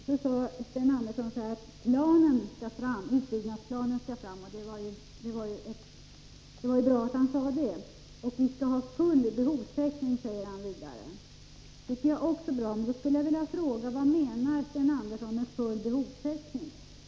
Fru talman! Sten Andersson sade att utbyggnadsplanen skall fram. Det var bra att han sade det. Vi skall ha full behovstäckning, sade han vidare. Det tycker jag också är bra, men då skulle jag vilja fråga: Vad menar Sten Andersson med full behovstäckning?